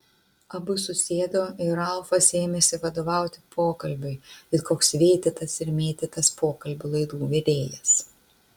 abu susėdo ir ralfas ėmėsi vadovauti pokalbiui it koks vėtytas ir mėtytas pokalbių laidų vedėjas